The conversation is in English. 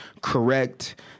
correct